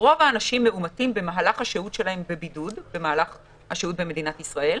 שרוב האנשים מאומתים במהלך השהות שלהם בבידוד במהלך השהות במדינת ישראל.